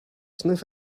sniff